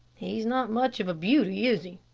he's not much of a beauty, is he?